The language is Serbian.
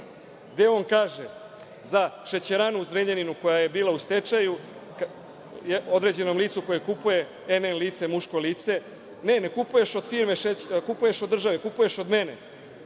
gde on kaže za „Šećeranu“ u Zrenjaninu, koja je bila u stečaju, određenom licu koje kupuje, NN lice, muško lice – Ne, ne kupuješ od firme, kupuješ od